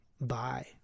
Bye